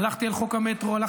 הלכתי על חוק המטרו,